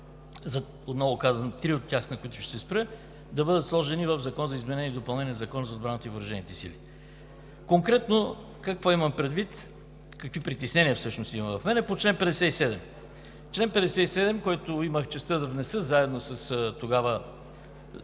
три от тях, на които ще се спра, да бъдат сложени в Закон за изменение и допълнение на Закона за отбраната и въоръжените сили. Конкретно какво имам предвид, какви притеснения всъщност има в мен по чл. 57? Член 57, който имах честта да внеса – тогава